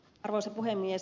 arvoisa puhemies